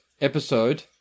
episode